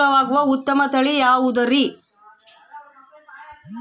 ಮೆಕ್ಕೆಜೋಳದ ತಳಿಗಳಲ್ಲಿ ನೇರಾವರಿ ಮತ್ತು ಮಳೆಯಾಶ್ರಿತ ಭೂಮಿಗೆ ಅನುಕೂಲವಾಗುವ ಉತ್ತಮ ತಳಿ ಯಾವುದುರಿ?